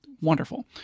wonderful